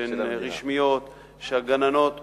שהן רשמיות, שהגננות הוכשרו.